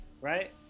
Right